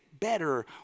better